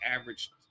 average